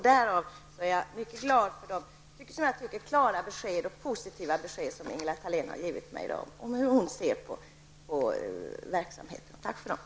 Därför är jag glad över de klara och positiva besked som Ingela Thalén har givit i dag på hur hon ser på verksamheten.